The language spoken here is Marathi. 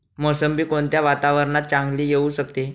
मोसंबी कोणत्या वातावरणात चांगली येऊ शकते?